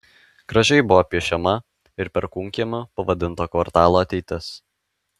gražiai buvo piešiama ir perkūnkiemiu pavadinto kvartalo ateitis